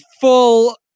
full